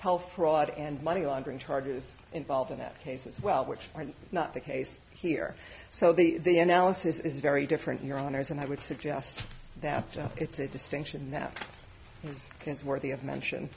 health fraud and money laundering charges involved in that case as well which are not the case here so the the analysis is very different here on ars and i would suggest that it's a distinction that worthy of mention